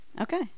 Okay